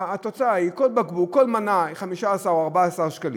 התוצאה היא, כל בקבוק, כל מנה היא 15 או 14 שקלים,